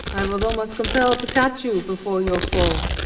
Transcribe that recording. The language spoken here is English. i was almost compelled to catch you before your fall.